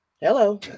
hello